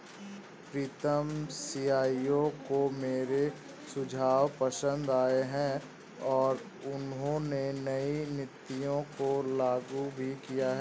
प्रीतम CEO को मेरे सुझाव पसंद आए हैं और उन्होंने नई नीतियों को लागू भी किया हैं